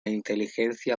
inteligencia